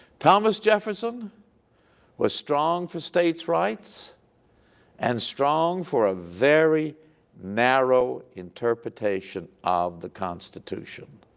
thomas jefferson was strong for states rights and strong for a very narrow interpretation of the constitution.